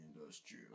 industry